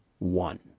One